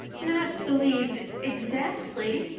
not believe exactly,